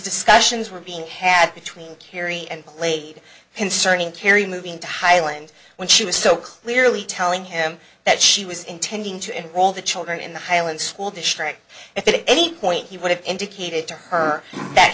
discussions were being had between kerry and played concerning kerry moving to highland when she was so clearly telling him that she was intending to enrol the children in the highland school district if it any point he would have indicated to her that